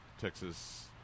Texas